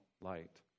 light